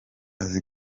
azi